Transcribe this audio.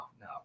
no